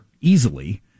easily